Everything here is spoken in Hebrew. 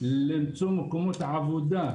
למצוא מקומות עבודה,